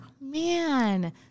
Man